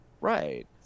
Right